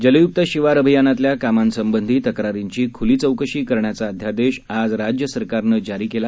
जलय्क्त शिवार अभियानातल्या कामासंबधी तक्ररींची ख्ली चौकशी करण्याचा अध्यादेश आज राज्य सरकारनं जारी केला